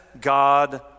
god